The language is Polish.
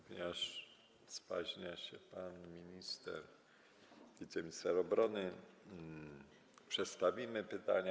Ponieważ spóźnia się pan minister, wiceminister obrony, przestawimy pytania.